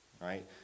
right